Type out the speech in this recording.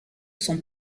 son